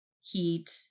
heat